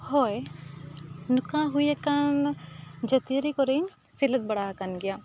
ᱦᱚᱭ ᱱᱚᱝᱠᱟ ᱦᱩᱭ ᱟᱠᱟᱱ ᱡᱟᱹᱛᱤᱭᱟᱹᱨᱤ ᱠᱚᱨᱮᱧ ᱥᱮᱞᱮᱫ ᱵᱟᱲᱟ ᱟᱠᱟᱱ ᱜᱮᱭᱟ